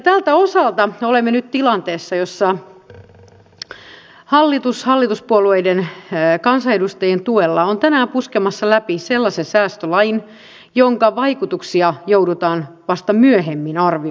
tältä osalta olemme nyt tilanteessa jossa hallitus hallituspuolueiden kansanedustajien tuella on tänään puskemassa läpi sellaisen säästölain jonka vaikutuksia joudutaan vasta myöhemmin arvioimaan